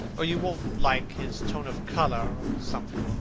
or you won't like his tone of colour, or something.